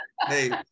hey